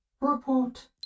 Report